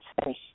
space